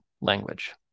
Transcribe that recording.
language